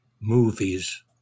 movies